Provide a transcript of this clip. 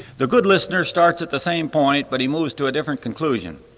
the good listener starts at the same point, but he moves to a different conclusion.